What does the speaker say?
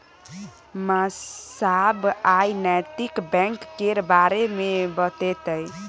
मास्साब आइ नैतिक बैंक केर बारे मे बतेतै